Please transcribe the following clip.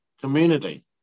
community